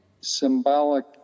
symbolic